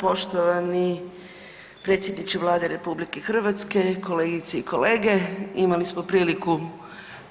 Poštovani predsjedniče Vlade RH, kolegice i kolege, imali smo priliku